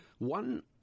One